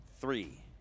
three